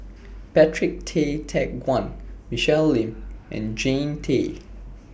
Patrick Tay Teck Guan Michelle Lim and Jannie Tay